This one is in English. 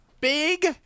big